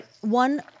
one